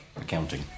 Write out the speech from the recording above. accounting